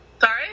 Sorry